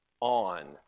on